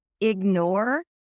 ignore